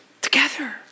together